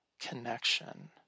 connection